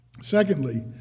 Secondly